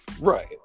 right